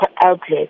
outlet